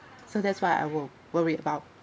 so that's why I will worry about